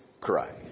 Christ